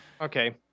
Okay